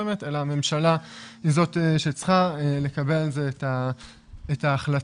אלא הממשלה היא זאת שצריכה לקבל על זה את ההחלטה.